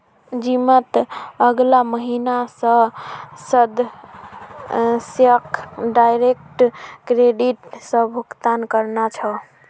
जिमत अगला महीना स सदस्यक डायरेक्ट क्रेडिट स भुक्तान करना छ